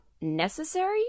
necessary